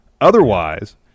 Otherwise